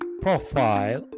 profile